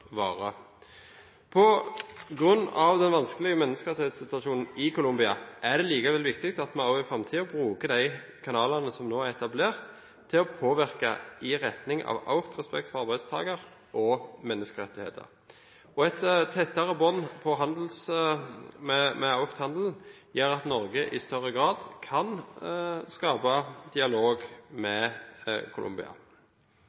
varer. På grunn av den vanskelige menneskerettighetssituasjonen i Colombia er det likevel viktig at vi også i framtiden bruker de kanalene som nå er etablert, til å påvirke i retning av økt respekt for arbeidstaker- og menneskerettigheter. Et tettere bånd i form av økt handel gjør at Norge i større grad kan skape dialog